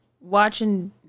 watching